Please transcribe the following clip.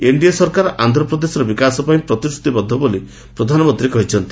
NDA ସରକାର ଆନ୍ଧ୍ରପ୍ରଦେଶର ବିକାଶ ପାଇଁ ପ୍ରତିଶ୍ରତି ବଦ୍ଧ ବୋଲି ପ୍ରଧାନମନ୍ତ୍ରୀ କହିଛନ୍ତି